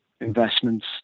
investments